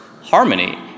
harmony